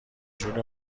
جون